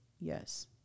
Yes